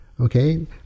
Okay